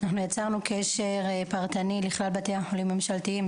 אנחנו יצרנו קשר פרטני לכלל בתי החולים הממשלתיים,